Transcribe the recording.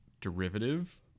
derivative